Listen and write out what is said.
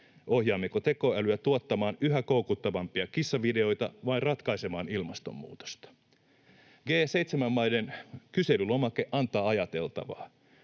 Ohjaammeko tekoälyä tuottamaan yhä koukuttavampia kissavideoita vai ratkaisemaan ilmastonmuutosta? G7-maiden kyselylomake antaa ajateltavaa.